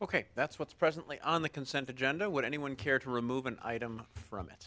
ok that's what's presently on the consent agenda would anyone care to remove an item from